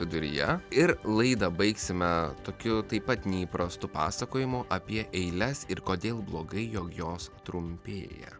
viduryje ir laidą baigsime tokiu taip pat neįprastu pasakojimu apie eiles ir kodėl blogai jog jos trumpėja